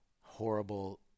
horrible